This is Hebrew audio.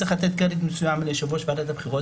צריך לתת קרדיט מסוים ליושב-ראש ועדת הבחירות,